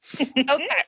Okay